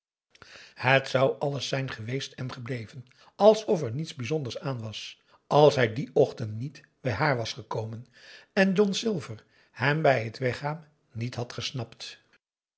het zou alles zijn geweest en gebleven alsof er niets bijzonders aan was als hij dien ochtend niet bij haar was gekomen en john silver hem bij het weggaan niet had gesnapt